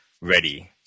ready